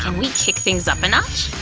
and we kick things up a notch?